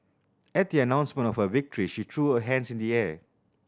at the announcement of her victory she threw her hands in the air